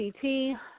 ct